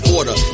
order